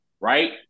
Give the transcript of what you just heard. right